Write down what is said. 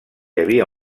havia